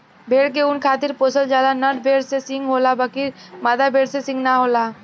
भेड़ के ऊँन खातिर पोसल जाला, नर भेड़ में सींग होला बकीर मादा भेड़ में सींग ना होला